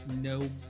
No